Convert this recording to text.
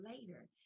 later